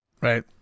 Right